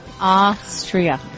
Austria